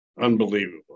unbelievable